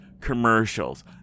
commercials